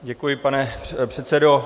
Děkuji, pane předsedo.